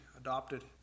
adopted